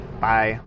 bye